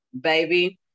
baby